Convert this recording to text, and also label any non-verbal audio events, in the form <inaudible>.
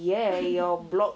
<laughs>